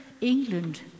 England